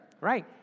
Right